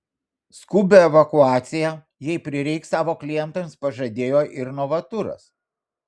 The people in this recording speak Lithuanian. skubią evakuaciją jei prireiks savo klientams pažadėjo ir novaturas